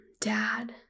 dad